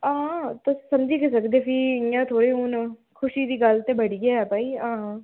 ते हां तुस समझी ते सकदे फ्ही इं'या थोह्ड़े हून खुशी दी गल्ल ते बड़ी ऐ भई हां